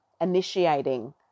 initiating